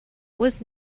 was